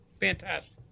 Fantastic